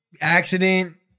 accident